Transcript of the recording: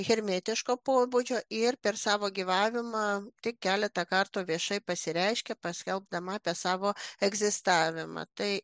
hermetiško pobūdžio ir per savo gyvavimą tik keletą kartų viešai pasireiškė paskelbdama apie savo egzistavimą tai